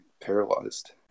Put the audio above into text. paralyzed